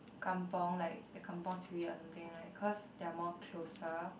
kampung like the kampung spirit or something like cause they are more closer